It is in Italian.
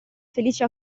felici